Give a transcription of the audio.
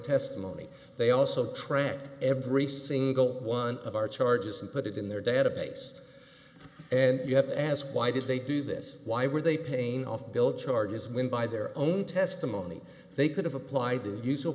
testimony they also tracked every single one of our charges and put it in their database and you have to ask why did they do this why were they paint off bill charges when by their own testimony they could have applied the usual